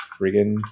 friggin